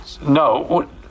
No